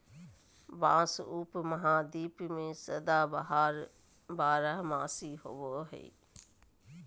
बाँस उपमहाद्वीप में सदाबहार बारहमासी होबो हइ